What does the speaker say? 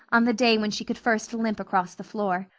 on the day when she could first limp across the floor.